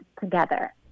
together